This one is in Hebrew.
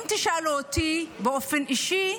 אם תשאלו אותי באופן אישי,